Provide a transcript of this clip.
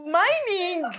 mining